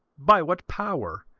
by what power,